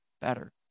better